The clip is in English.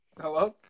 Hello